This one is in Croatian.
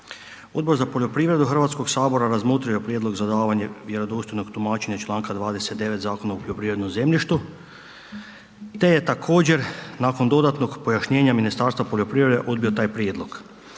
Odbor za poljoprivredu Hrvatskog sabora razmotrio je prijedlog za davanje vjerodostojnog tumačenja iz čl. 29. Zakona o poljoprivrednom zemljištu te je također nakon dodatnog pojašnjenja Ministarstva poljoprivrede odbio taj prijedlog.